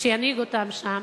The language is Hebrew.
שינהיג אותם שם,